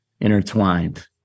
intertwined